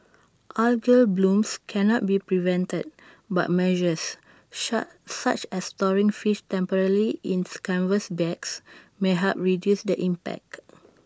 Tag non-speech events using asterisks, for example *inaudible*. algal blooms cannot be prevented but measures *unintelligible* such as storing fish temporarily in canvas bags may help reduce the impact